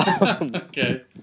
Okay